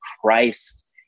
Christ